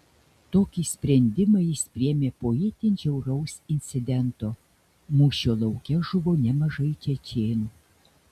tokį sprendimą jis priėmė po itin žiauraus incidento mūšio lauke žuvo nemažai čečėnų